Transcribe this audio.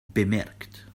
bemerkt